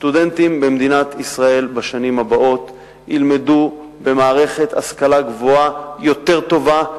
סטודנטים במדינת ישראל בשנים הבאות ילמדו במערכת השכלה גבוהה יותר טובה,